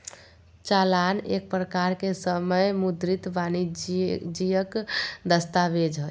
चालान एक प्रकार के समय मुद्रित वाणिजियक दस्तावेज हय